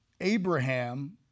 Abraham